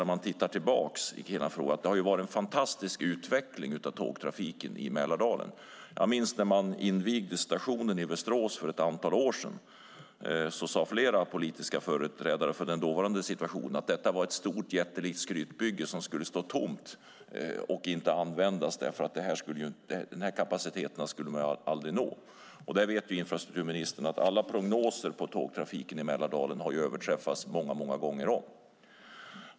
När man tittar tillbaka på frågan kan man säga att det har varit en fantastisk utveckling av tågtrafiken i Mälardalen. Jag minns när man invigde stationen i Västerås för ett antal år sedan. Då sade flera politiska företrädare att det var ett jättelikt skrytbygge som skulle stå tomt och inte användas, för den här kapaciteten skulle man aldrig nå. Infrastrukturministern vet att alla prognoser om tågtrafiken i Mälardalen har överträffats många gånger om.